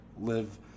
live